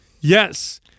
Yes